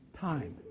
time